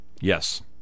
Yes